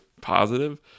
positive